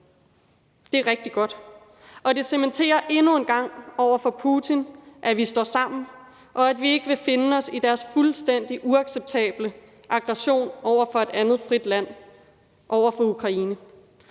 Det er rigtig godt, og det cementerer endnu en gang over for Putin, at vi står sammen, og at vi ikke vil finde os i deres fuldstændig uacceptable aggression over for et andet, frit land, over for Ukraine.